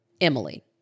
Emily